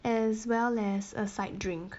as well as a side drink